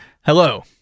Hello